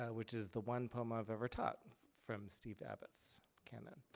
ah which is the one poem i've ever taught from steve abbott's canon.